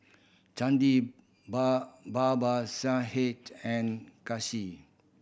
Chandi Babasaheb and Kanshi